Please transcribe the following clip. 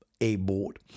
A-board